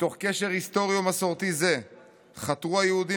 "מתוך קשר היסטורי ומסורתי זה חתרו היהודים